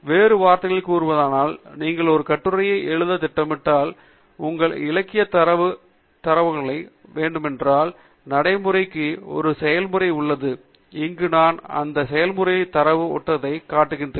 வேறு வார்த்தைகளில் கூறுவதானால் நீங்கள் ஒரு கட்டுரையை எழுதத் திட்டமிட்டால் உங்கள் இலக்கிய தரவு தரவுத்தளமாக வர வேண்டுமென்றால் நடைமுறைப்படுத்துவதற்கு ஒரு செயல்முறை உள்ளது இங்கு நான் அந்த செயல்முறைக்கான தரவு ஓட்டத்தைக் காட்டுகிறேன்